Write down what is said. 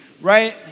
right